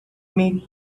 make